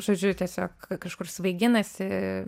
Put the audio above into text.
žodžiu tiesiog kažkur svaiginasi